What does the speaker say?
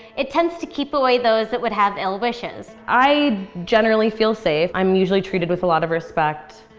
it tends to keep away those that would have ill wishes. i generally feel safe. i'm usually treated with a lot of respect.